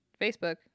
facebook